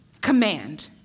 command